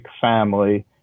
family